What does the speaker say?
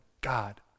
God